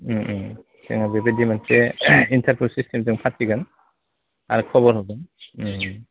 जोङो बेबायदि मोनसे इन्टारभिउ सिसटेमजों फाथिगोन आरो खबर हरगोन